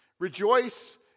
Rejoice